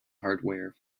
hardware